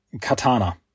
Katana